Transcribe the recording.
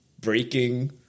breaking